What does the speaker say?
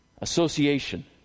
Association